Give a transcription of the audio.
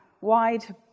wide